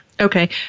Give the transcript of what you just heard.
Okay